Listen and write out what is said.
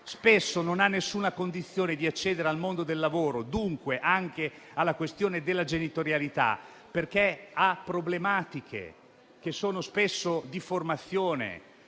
spesso non ha alcuna condizione di accedere al mondo del lavoro, e dunque anche alla questione della genitorialità, perché ha problematiche che sono spesso di formazione